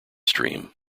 stream